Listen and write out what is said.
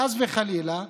חס וחלילה,